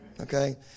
Okay